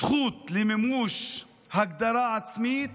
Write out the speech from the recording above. זכות למימוש הגדרה עצמית